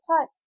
type